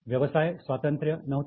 व्यवसाय स्वातंत्र्य नव्हते